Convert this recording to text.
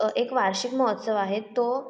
एक वार्षिक महोत्सव आहे तो